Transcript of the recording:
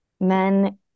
Men